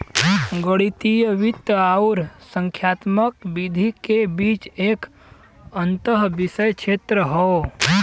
गणितीय वित्त आउर संख्यात्मक विधि के बीच एक अंतःविषय क्षेत्र हौ